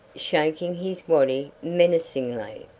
shaking his waddy menacingly.